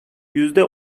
yüzde